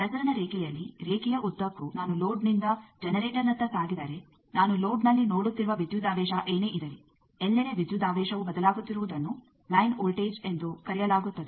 ಪ್ರಸರಣ ರೇಖೆಯಲ್ಲಿ ರೇಖೆಯ ಉದ್ದಕ್ಕೂ ನಾನು ಲೋಡ್ನಿಂದ ಜನರೇಟರ್ನತ್ತ ಸಾಗಿದರೆ ನಾನು ಲೋಡ್ನಲ್ಲಿ ನೋಡುತ್ತಿರುವ ವಿದ್ಯುದಾವೇಶ ಏನೇ ಇರಲಿ ಎಲ್ಲೆಡೆ ವಿದ್ಯುದಾವೇಶವು ಬದಲಾಗುತ್ತಿರುವುದನ್ನು ಲೈನ್ ವೋಲ್ಟೇಜ್ ಎಂದು ಕರೆಯಲಾಗುತ್ತದೆ